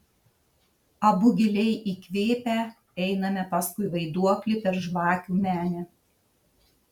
abu giliai įkvėpę einame paskui vaiduoklį per žvakių menę